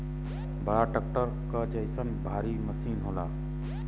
बड़ा ट्रक्टर क जइसन भारी मसीन होला